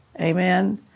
Amen